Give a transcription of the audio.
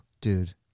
dude